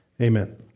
Amen